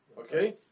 okay